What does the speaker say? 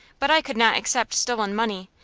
but i could not accept stolen money.